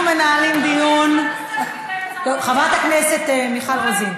אנחנו מנהלים דיון, חברת הכנסת מיכל רוזין.